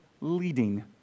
leading